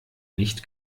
nicht